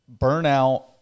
burnout